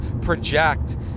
project